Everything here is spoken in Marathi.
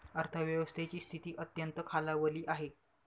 अर्थव्यवस्थेची स्थिती अत्यंत खालावली आहे